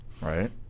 Right